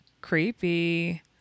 Creepy